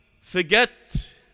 forget